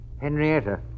Henrietta